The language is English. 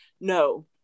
No